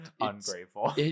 ungrateful